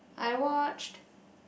I watched